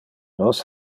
nos